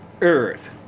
earth